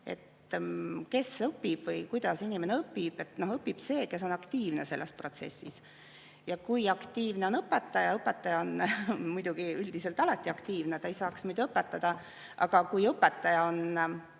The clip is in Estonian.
kes õpib või kuidas inimene õpib: õpib see, kes on aktiivne selles protsessis. Ja kui aktiivne peab olema õpetaja? Õpetaja on muidugi üldiselt alati aktiivne, ta ei saaks muidu õpetada, aga kui õpetaja on